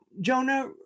Jonah